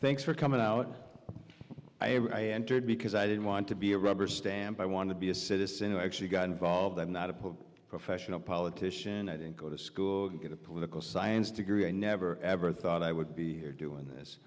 thanks for coming out i entered because i didn't want to be a rubber stamp i want to be a citizen who actually got involved i'm not a professional politician i didn't go to school get a political science degree i never ever thought i would be doing this